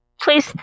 Please